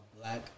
black